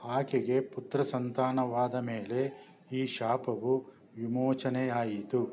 ಆಕೆಗೆ ಪುತ್ರ ಸಂತಾನವಾದ ಮೇಲೆ ಈ ಶಾಪವು ವಿಮೋಚನೆಯಾಯಿತು